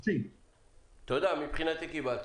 דנה שני בבקשה.